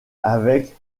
avec